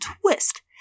twist